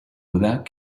without